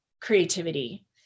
creativity